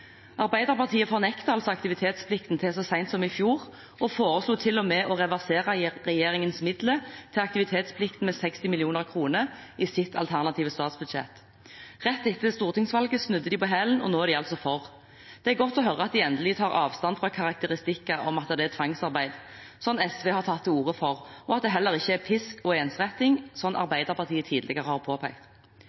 Arbeiderpartiet fornektet altså aktivitetsplikten til så sent som i fjor og foreslo til og med å reversere regjeringens midler til aktivitetsplikten med 60 mill. kr i sitt alternative statsbudsjett. Rett etter stortingsvalget snudde de på hælen, og nå er de altså for. Det er godt å høre at de endelig tar avstand fra karakteristikkene om at aktivitetsplikten er «tvangsarbeid», slik SV har tatt til orde for, og at det heller ikke er «pisk og ensretting», slik Arbeiderpartiet tidligere har påpekt.